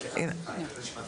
ונוער בסיכון